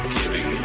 giving